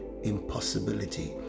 Impossibility